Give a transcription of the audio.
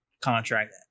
contract